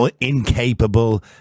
incapable